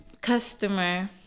customer